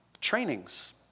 trainings